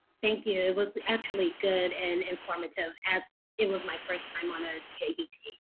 thank you. it was actually good and informative as it was my first time on a jbt.